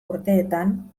urteetan